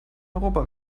europa